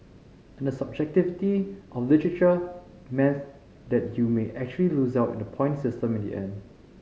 and the subjectivity of literature means that you may actually lose out in the point system in the end